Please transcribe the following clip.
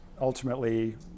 ultimately